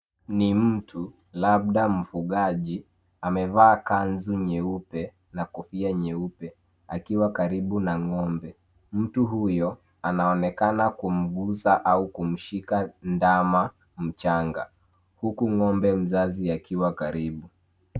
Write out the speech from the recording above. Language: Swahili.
Ni mtu, labda mfugaji amevaa kanzu nyeupe na kofia nyeupe akiwa karibu na ng'ombe. Mtu huyo anaonekana kumgusa au kumshika ndama mchanga huku ng'ombe mzazi akiwa karibu.